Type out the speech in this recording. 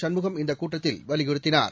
சண்முகம் இந்தக் கூட்டத்தில் வலியுறுத்தினார்